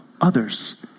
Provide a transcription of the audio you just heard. others